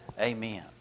Amen